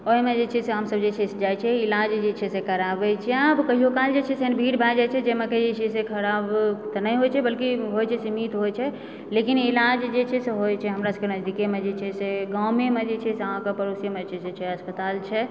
ओहिमे जे छै से हमसब जे छै से जाइत छियै इलाज जे छै से इलाज कराबै छै कहियो काल अहाँ भीड़ भए जाइत छै जाहिमे अहाँकेँ जे छै से खराब तऽ नहि होइत छै बल्कि होइत छै से नीक होइत छै लेकिन इलाज जे छै से होइत छै हमरा सबकेँ नजदीकेमे जे छै से गामेमे जे छै से अहाँकेँ पड़ोसेमे जे छै से अस्पताल छै